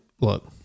Look